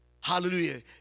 Hallelujah